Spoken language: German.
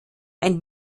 ein